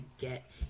get